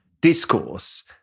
discourse